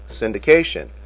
Syndication